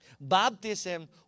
baptism